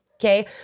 okay